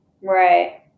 Right